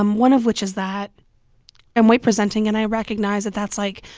um one of which is that i'm white presenting, and i recognize that that's, like,